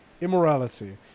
Immorality